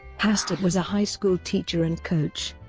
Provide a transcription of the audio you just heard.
hastert was a high school teacher and coach.